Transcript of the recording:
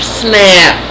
snap